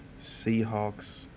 Seahawks